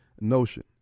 notion